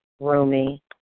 roomy